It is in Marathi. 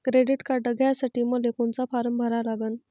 क्रेडिट कार्ड घ्यासाठी मले कोनचा फारम भरा लागन?